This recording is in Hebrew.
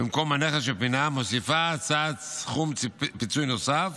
במקום הנכס שפונה, מוסיפה ההצעה סכום פיצוי נוסף